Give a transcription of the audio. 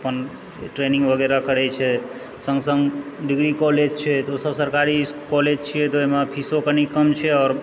अपन ट्रेनिंग वगैरह करै छै सङ्ग सङ्ग डिग्री कॉलेज छै तऽ ओ सभ सरकारी इस् कॉलेज छियै तऽ ओहिमे फीसो कनि कम छै आओर